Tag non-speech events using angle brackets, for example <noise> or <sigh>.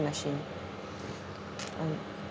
machine <breath> mm